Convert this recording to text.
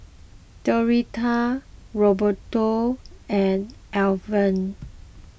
Doretta Roberto and Alvan